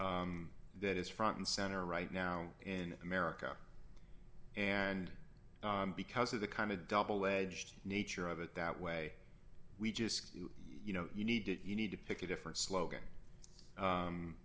struggle that is front and center right now in america and because of the kind of double edged nature of it that way we just you know you need it you need to pick a different slogan